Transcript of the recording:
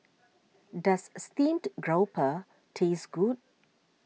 does Steamed Grouper taste good